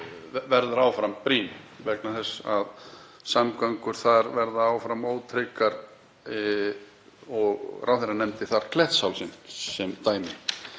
verður áfram brýn vegna þess að samgöngur þar verða áfram ótryggar, ráðherra nefndi þar Klettshálsinn sem dæmi.